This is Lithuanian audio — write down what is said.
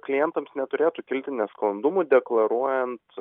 klientams neturėtų kilti nesklandumų deklaruojant